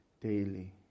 daily